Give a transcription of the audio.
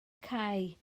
cau